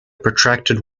protracted